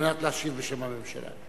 על מנת להשיב בשם הממשלה.